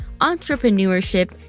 entrepreneurship